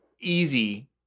easy